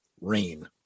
Rain